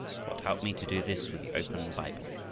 god help me to do this with the open bible!